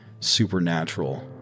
Supernatural